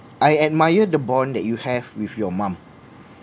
I admire the bond that you have with your mum